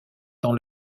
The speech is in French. dans